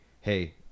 hey